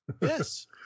Yes